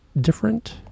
different